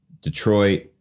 Detroit